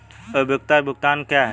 उपयोगिता भुगतान क्या हैं?